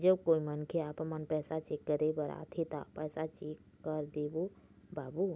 जब कोई मनखे आपमन पैसा चेक करे बर आथे ता पैसा चेक कर देबो बाबू?